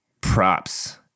Props